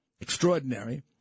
Extraordinary